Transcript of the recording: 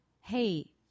hey